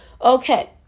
okay